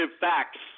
facts